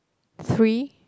three